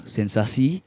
Sensasi